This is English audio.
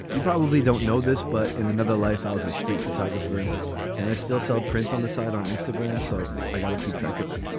you probably don't know this but in another life i was a street photographer and i still sell prints on the side on instagram so i got to keep track of them.